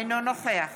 אינו נוכח